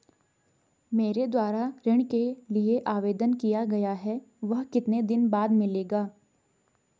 मेरे द्वारा ऋण के लिए आवेदन किया गया है वह कितने दिन बाद मिलेगा?